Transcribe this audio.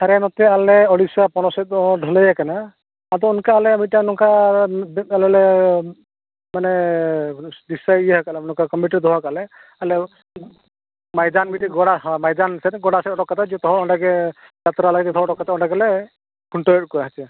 ᱟᱞᱮ ᱱᱚᱛᱮ ᱟᱞᱮ ᱳᱰᱤᱥᱟ ᱯᱚᱱᱚᱛ ᱥᱮᱫ ᱫᱚ ᱰᱷᱟᱹᱞᱟᱹᱭ ᱟᱠᱟᱱᱟ ᱟᱫᱚ ᱚᱱᱠᱟ ᱟᱞᱮ ᱢᱤᱫᱴᱟᱝ ᱱᱚᱝᱠᱟ ᱟᱞᱮ ᱞᱮ ᱢᱟᱱᱮ ᱫᱤᱥᱟᱹᱭ ᱜᱮᱭᱟ ᱠᱚ ᱱᱝᱚᱠᱟ ᱠᱚᱢᱤᱴᱤ ᱫᱚᱦᱚ ᱠᱟᱜᱼᱟ ᱞᱮ ᱟᱞᱮ ᱢᱟᱭᱫᱟᱱ ᱢᱤᱫᱴᱤᱡ ᱜᱚᱲᱟ ᱦᱚᱸ ᱢᱟᱭᱫᱟᱱ ᱞᱮᱠᱟ ᱜᱚᱲᱟ ᱥᱮᱫ ᱚᱫᱚᱠ ᱠᱟᱛᱮᱫ ᱡᱚᱛᱚ ᱦᱚᱲ ᱚᱸᱰᱮ ᱜᱮ ᱫᱚᱦᱚ ᱠᱟᱛᱮᱫ ᱚᱸᱰᱮ ᱜᱮᱞᱮ ᱠᱷᱩᱱᱴᱟᱹᱣᱮᱫ ᱠᱚᱣᱟ ᱦᱮᱸ ᱥᱮ